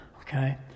okay